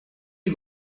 you